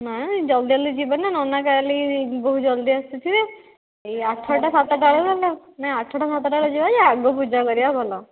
ନାଇଁ ଜଲ୍ଦି ଜଲ୍ଦି ଯିବା ନା ନନା କାଲି ବହୁତ ଜଲ୍ଦି ଆସିଥିବେ ଏଇ ଆଠଟା ସାତଟା ବେଳକୁ ଗଲେ ନାଇଁ ଆଠଟା ସାତଟା ବେଳେ ଯିବା ଯେ ଆଗ ପୂଜା କରିବା ଭଲ